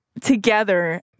together